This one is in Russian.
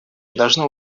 должны